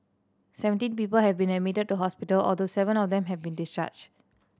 seventeen people have been admitted to hospital although seven of them have been discharged